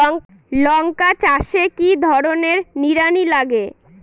লঙ্কা চাষে কি ধরনের নিড়ানি লাগে?